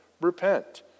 repent